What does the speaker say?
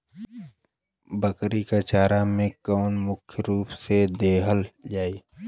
बकरी क चारा में का का मुख्य रूप से देहल जाई?